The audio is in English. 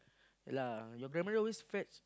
lah your grandmother always fetch